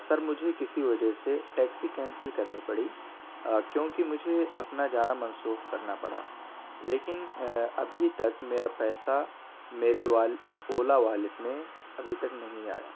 سر مجھے کسی وجہ سے ٹیکسی کینسل کرنی پڑی کیونکہ مجھے اپنا جانا منسوخ کرنا پڑا لیکن ابھی تک میرا پیسہ میرے وال اولا والیٹ میں ابھی تک نہیں آیا